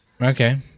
Okay